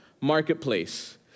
marketplace